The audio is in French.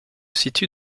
situe